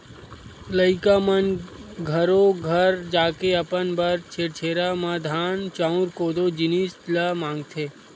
लइका मन घरो घर जाके अपन बर छेरछेरा म धान, चाँउर, कोदो, जिनिस ल मागथे